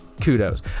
Kudos